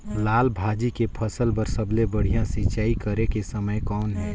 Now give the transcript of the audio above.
लाल भाजी के फसल बर सबले बढ़िया सिंचाई करे के समय कौन हे?